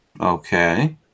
Okay